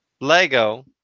Lego